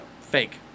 fake